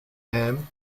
ham